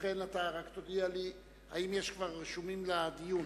לכן אתה רק תודיע לי אם כבר יש רשומים לדיון.